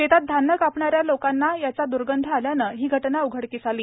शेतात धान्य कापणाऱ्या लोकांना याचा द्र्गध आल्यानं ही घटना उघडकीस आली